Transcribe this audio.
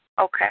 Okay